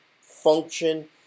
function